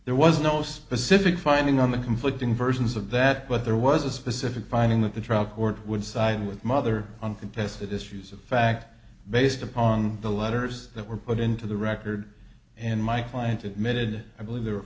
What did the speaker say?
there was no specific finding on the conflicting versions of that but there was a specific finding that the trial court would side with mother uncontested issues of fact based upon the letters that were put into the record in my client admitted i believe there were